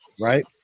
Right